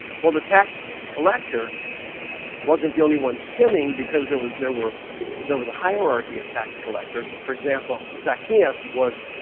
well the tax collector wasn't the only one skimming because there was there were there was a hierarchy of tax collectors. and for example, zacchaeus was